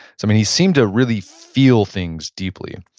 so he seemed to really feel things deeply.